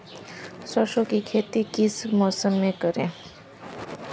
सरसों की खेती किस मौसम में करें?